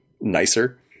nicer